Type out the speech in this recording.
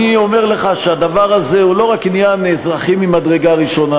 אני אומר לך שהדבר הזה הוא לא רק עניין אזרחי ממדרגה ראשונה.